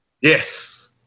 Yes